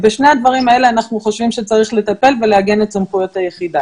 בשני הדברים האלה אנחנו חושבים שצריך ולעגן את סמכויות היחידה.